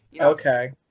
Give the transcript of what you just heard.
Okay